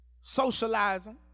socializing